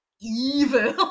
evil